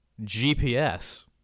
GPS